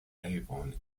avon